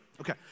Okay